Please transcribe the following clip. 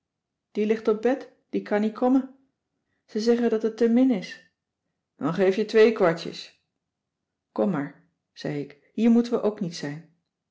die legt op bed die kan niet komme ze zegge dat het te min is dan geef je twee kwartjes kom maar zei ik hier moeten we ook niet zijn